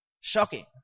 Shocking